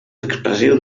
expressiu